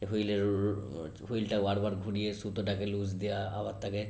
এ হুইলের হুইলটা বারবার ঘুরিয়ে সুতোটাকে লুজ দেওয়া আবার তাকে